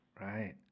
Right